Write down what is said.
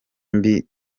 mbi